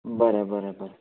बरें बरें बरें